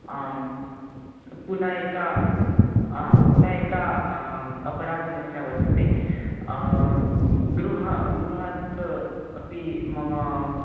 आं पुनः एका पुनः एका अपरा समस्या वर्तते गृहात् गृहात् अपि मम